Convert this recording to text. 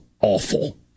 awful